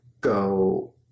go